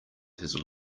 his